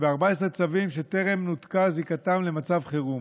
ו-14 צווים שטרם נותקה זיקתם למצב חירום.